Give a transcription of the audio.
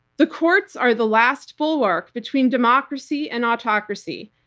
the courts are the last bulwark between democracy and autocracy,